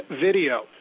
video